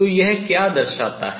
तो यह क्या दर्शाता है